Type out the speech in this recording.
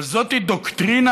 אבל זאת דוקטרינה,